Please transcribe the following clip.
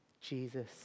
Jesus